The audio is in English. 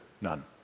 none